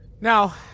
Now